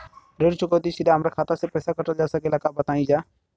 ऋण चुकौती सीधा हमार खाता से पैसा कटल जा सकेला का बताई जा?